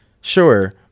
sure